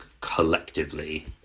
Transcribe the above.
collectively